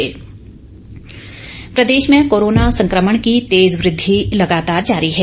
प्रदेश corona प्रदेश में corona संक्रमण की तेज वृद्धि लगातार जारी है